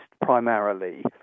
primarily